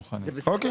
מוכנים.